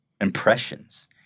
impressions